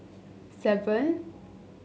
seven